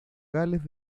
gales